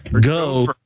go